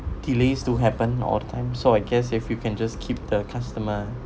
delays still happen all the time so I guess if you can just keep the customer